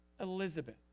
Elizabeth